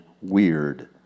weird